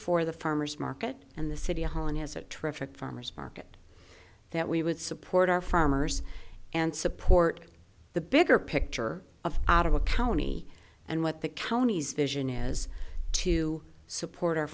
for the farmers market and the city hall and has a terrific farmer's market that we would support our farmers and support the bigger picture of out of a county and what the county's vision is to support our